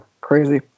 crazy